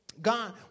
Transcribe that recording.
God